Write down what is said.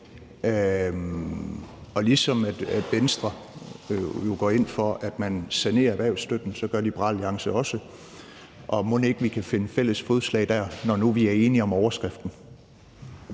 ja. Ligesom Venstre jo går ind for, at man sanerer erhvervsstøtten, gør Liberal Alliance det også, og mon ikke vi kan finde fælles fodslag dér, når nu vi er enige om overskriften?